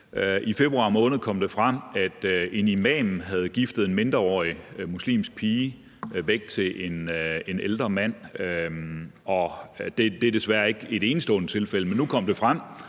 I februar måned kom det frem, at en imam havde giftet en mindreårig muslimsk pige væk til en ældre mand. Det er desværre ikke et enestående tilfælde, men nu kom det frem,